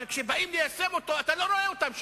אבל כשבאים ליישם אותו, אתה לא רואה אותם שם.